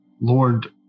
Lord